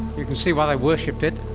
you can see why they worshipped it.